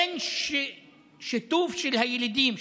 אין שיתוף של הילידים,